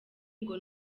ngo